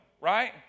right